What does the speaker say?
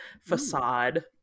facade